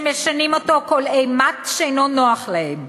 שמשנים אותו כל אימת שאינו נוח להם,